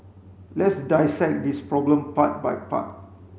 let's dissect this problem part by part